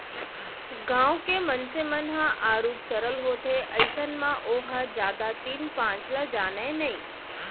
गाँव के मनसे मन ह आरुग सरल होथे अइसन म ओहा जादा तीन पाँच ल जानय नइ